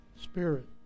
spirit